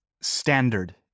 standard